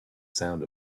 sound